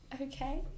okay